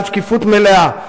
בעד שקיפות מלאה.